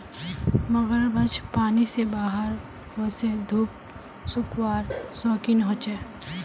मगरमच्छ पानी से बाहर वोसे धुप सेकवार शौक़ीन होचे